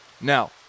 now